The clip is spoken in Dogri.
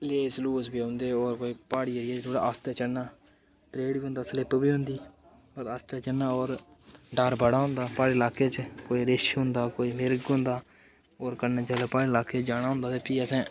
लेस लूस बी औंदे ते होर प्हाड़ियै एरिये गी थोह्ड़ा आस्तै चढ़ना ते एह् होंदा स्लिप बी होंदी ते आस्तै चढ़ना होर डर बड़ा होंदा प्हाड़ी लाकै च कोई रिछ होंदा कोई मिरग होंदा होर कन्नै जेल्लै प्हाड़ी लाकै च जाना होंदा भी असें